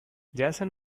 jason